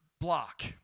block